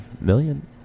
million